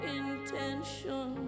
intention